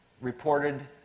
reported